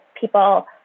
people